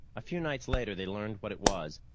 a few nights later they learned what it was.